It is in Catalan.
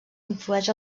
influeix